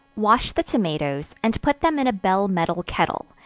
wash the tomatoes, and put them in a bell-metal kettle,